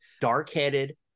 dark-headed